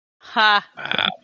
Ha